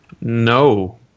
No